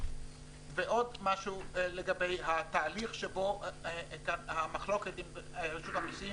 ועוד משהו לגבי המחלוקת עם רשות המסים